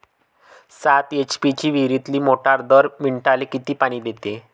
सात एच.पी ची विहिरीतली मोटार दर मिनटाले किती पानी देते?